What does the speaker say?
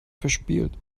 verspielt